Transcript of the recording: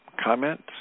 comments